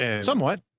somewhat